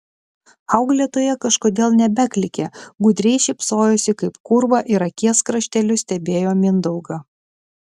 auklėtoja kažkodėl nebeklykė gudriai šypsojosi kaip kūrva ir akies krašteliu stebėjo mindaugą